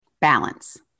balance